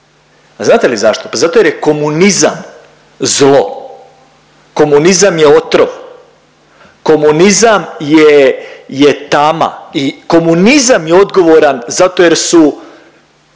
znate li zašto? Zato jer je komunizam zlo. Komunizam je otrov, komunizam je, je tama i komunizam je odgovoran zato jer su